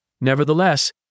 Nevertheless